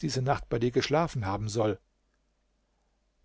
diese nacht bei dir geschlafen haben soll